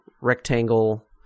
rectangle